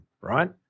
right